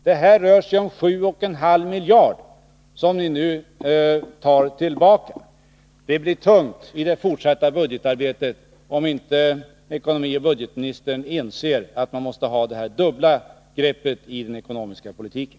Det rör sig om 7,5 miljarder kronor som ni nu tar tillbaka. Det blir tungt i det fortsatta budgetarbetet, om inte ekonomioch budgetministern inser att man måste ha det här dubbla greppet i den ekonomiska politiken.